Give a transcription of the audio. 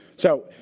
so,